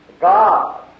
God